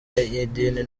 y’idini